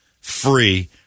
free